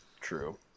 True